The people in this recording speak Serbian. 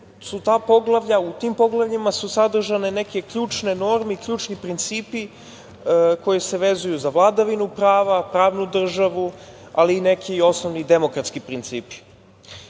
u tim poglavljima sadržane neke ključne norme i ključni principi koji se vezuju za vladavinu prava, pravnu državu, ali neki osnovni demokratski principi.